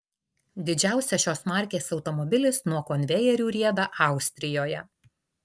didžiausias šios markės automobilis nuo konvejerių rieda austrijoje